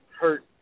hurt